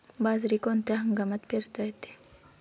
बाजरी कोणत्या हंगामात पेरता येते?